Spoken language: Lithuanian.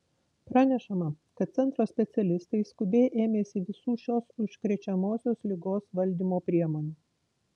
pranešama kad centro specialistai skubiai ėmėsi visų šios užkrečiamosios ligos valdymo priemonių